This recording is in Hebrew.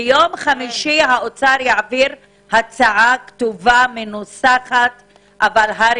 ביום חמישי האוצר יעביר הצעה מנוסחת להר"י